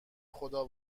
خدا